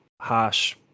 harsh